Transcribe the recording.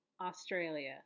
Australia